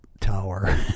tower